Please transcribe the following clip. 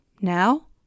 now